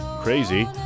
Crazy